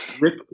Rick